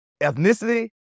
ethnicity